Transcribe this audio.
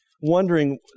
wondering